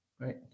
right